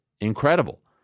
incredible